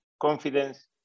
confidence